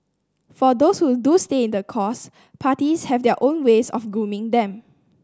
for those who do stay the course parties have their own ways of grooming them